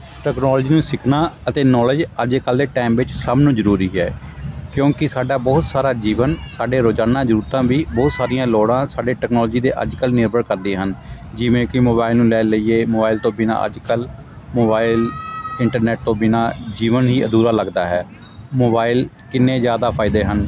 technology ਨੂੰ ਸਿੱਖਣਾ ਅਤੇ ਨੌਲੇਜ ਅੱਜ ਕੱਲ੍ਹ ਦੇ ਟੈਮ ਵਿੱਚ ਸਭ ਨੂੰ ਜ਼ਰੂਰੀ ਹੈ ਕਿਉਂਕਿ ਸਾਡਾ ਬਹੁਤ ਸਾਰਾ ਜੀਵਨ ਸਾਡੇ ਰੋਜ਼ਾਨਾ ਜ਼ਰੂਰਤਾਂ ਵੀ ਬਹੁਤ ਸਾਰੀਆਂ ਲੋੜਾਂ ਸਾਡੇ ਟੈਕਨੋਲੋਜੀ ਦੇ ਅੱਜ ਕੱਲ੍ਹ ਨਿਰਭਰ ਕਰਦੀਆਂ ਹਨ ਜਿਵੇਂ ਕਿ ਮੋਬਾਇਲ ਨੂੰ ਲੈ ਲਈਏ ਮੋਬਾਇਲ ਤੋਂ ਬਿਨਾਂ ਅੱਜ ਕੱਲ੍ਹ ਮੋਬਾਇਲ ਇੰਟਰਨੈੱਟ ਤੋਂ ਬਿਨਾਂ ਜੀਵਨ ਹੀ ਅਧੂਰਾ ਲੱਗਦਾ ਹੈ ਮੋਬਾਇਲ ਕਿੰਨੇ ਜ਼ਿਆਦਾ ਫਾਇਦੇ ਹਨ